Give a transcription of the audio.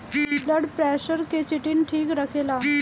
blood pressure के चिटिन ठीक रखेला